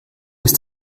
ist